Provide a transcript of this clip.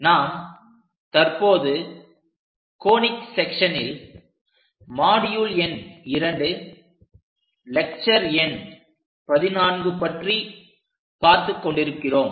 நாம் தற்போது கோனிக் செக்சன்ஸனில் மாடியுள் எண் 02லெக்ச்சர் எண் 14 பற்றி பார்த்துக் கொண்டிருக்கிறோம்